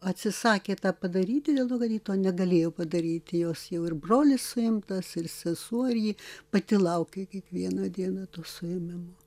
atsisakė tą padaryti dėl to kad ji to negalėjo padaryti jos jau ir brolis suimtas ir sesuo ir ji pati laukė kiekvieną dieną to suėmimo